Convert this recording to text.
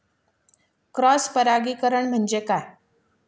Cross परागीकरण म्हणजे काय?